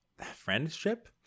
friendship